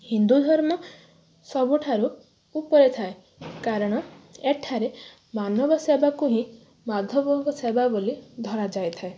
ହିନ୍ଦୁ ଧର୍ମ ସବୁଠାରୁ ଉପରେ ଥାଏ କାରଣ ଏଠାରେ ମାନବ ସେବାକୁ ହିଁ ମାଧବଙ୍କ ସେବା ବୋଲି ଧରା ଯାଇଥାଏ